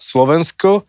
Slovensko